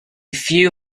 few